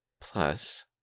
Plus